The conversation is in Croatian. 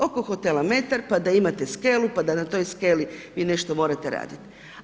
Oko hotela metar pa da imate skelu, pa da na toj skeli vi nešto morate raditi.